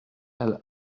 elle